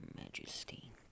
majesty